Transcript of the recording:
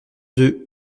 deux